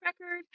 record